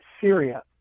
Syria